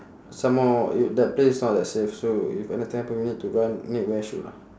some more i~ that place not that safe so if anything happen we need to run need wear shoe lah